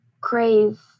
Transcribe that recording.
crave